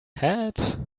hat